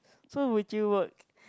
so would you work